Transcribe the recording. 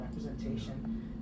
representation